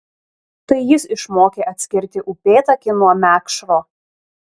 tai jis išmokė atskirti upėtakį nuo mekšro